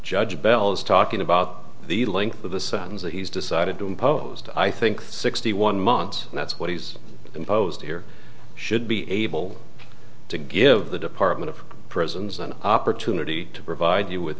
judge bell's talking about the length of the sons that he's decided to impose to i think sixty one months and that's what he's imposed here should be able to give the department of prisons an opportunity to provide you with